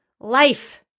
Life